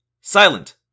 silent